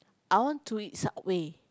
I want to eat Subway